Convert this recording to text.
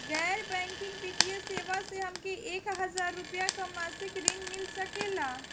गैर बैंकिंग वित्तीय सेवाएं से हमके एक हज़ार रुपया क मासिक ऋण मिल सकेला?